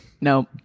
Nope